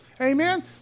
amen